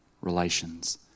relations